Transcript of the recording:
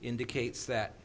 indicates that